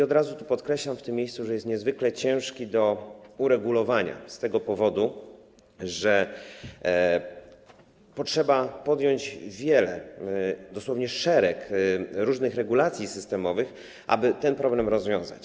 Od razu podkreślam w tym miejscu, że jest on niezwykle ciężki do uregulowania, z tego powodu że trzeba przyjąć wiele, dosłownie szereg różnych regulacji systemowych, aby ten problem rozwiązać.